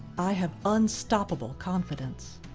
i have unstoppable confidence.